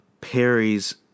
Perry's